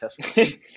test